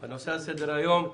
הנושא על סדר היום: